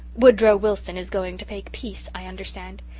woodrow wilson is going to make peace, i understand.